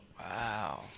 Wow